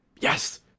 Yes